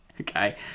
Okay